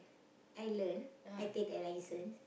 I learn I take the license